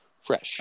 fresh